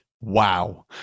Wow